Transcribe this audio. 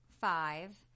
five